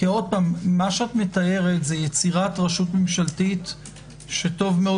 כי מה שאת מתארת זה יצירת רשות ממשלתית שטוב מאוד